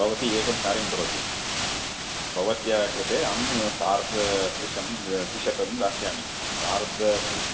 भवती एकं कार्यं करोतु भवत्याः कृते अहं सार्धत्रिशतं त्रिशतं दास्यामि सार्धत्रि